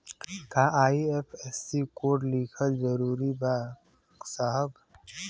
का IFSC code लिखल जरूरी बा साहब?